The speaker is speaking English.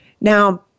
Now